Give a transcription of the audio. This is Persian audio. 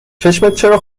چرا